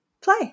play